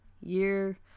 year